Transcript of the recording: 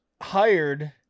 hired